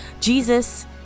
jesus